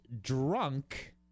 drunk